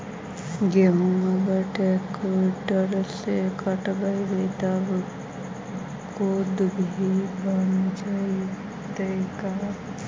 गेहूं अगर ट्रैक्टर से कटबइबै तब कटु भी बनाबे जितै का?